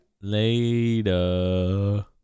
Later